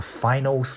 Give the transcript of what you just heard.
final